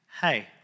Hey